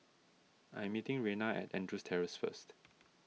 I am meeting Reyna at Andrews Terrace first